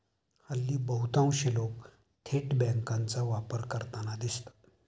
हल्ली बहुतांश लोक थेट बँकांचा वापर करताना दिसतात